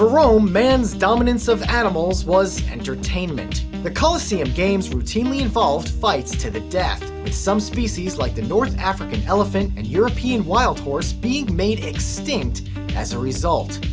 rome, man's dominance of animals was entertainment. the colosseum games routinely involved fights to the death, with some species like the north african elephant and european wild horse being made extinct as a result.